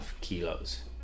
kilos